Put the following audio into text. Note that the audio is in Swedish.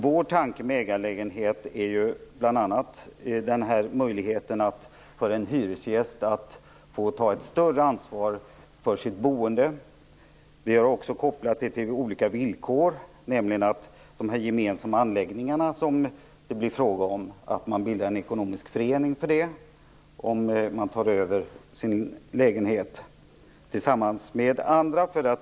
Vår tanke med ägarlägenheten är bl.a. möjligheten för en hyresgäst att få ta ett större ansvar för sitt boende. Vi har kopplat detta till olika villkor. Det blir ju fråga om gemensamma anläggningar - en ekonomisk förening bildas om man tar över sin lägenhet tillsammans med andra.